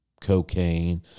cocaine